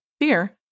fear